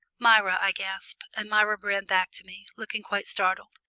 myra, i gasped, and myra ran back to me, looking quite startled.